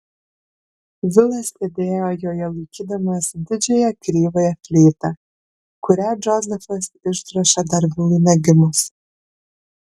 vilas sėdėjo joje laikydamas didžiąją kreivąją fleitą kurią džozefas išdrožė dar vilui negimus